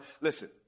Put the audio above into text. Listen